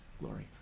glory